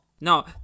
No